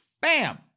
Bam